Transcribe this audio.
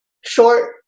short